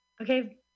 Okay